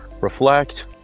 reflect